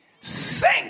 Sing